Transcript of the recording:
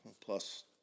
plus